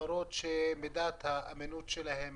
חברות שמידת האמינות שלהן